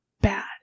bad